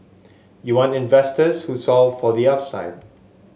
you want investors who solve for the upside